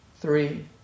three